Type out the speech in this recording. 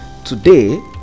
Today